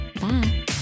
Bye